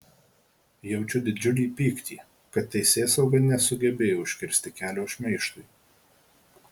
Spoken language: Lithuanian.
jaučiu didžiulį pyktį kad teisėsauga nesugebėjo užkirsti kelio šmeižtui